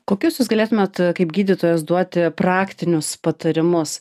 kokius jūs galėtumėt kaip gydytojas duoti praktinius patarimus